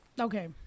Okay